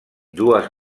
dues